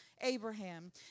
Abraham